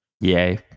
Yay